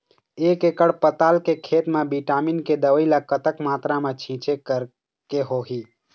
एक एकड़ पताल के खेत मा विटामिन के दवई ला कतक मात्रा मा छीचें करके होही?